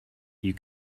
you